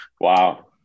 Wow